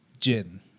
gin